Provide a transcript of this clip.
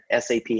SAP